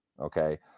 Okay